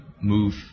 move